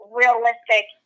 realistic